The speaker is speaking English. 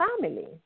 family